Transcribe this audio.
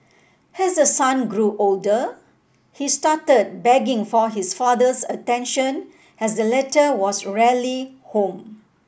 as her son grew older he started begging for his father's attention as the latter was rarely home